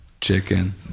chicken